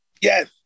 Yes